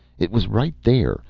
it was right there,